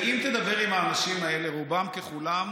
ואם תדבר עם האנשים האלה, רובם ככולם